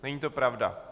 Není to pravda.